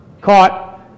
Caught